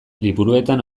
liburuetan